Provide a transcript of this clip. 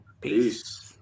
peace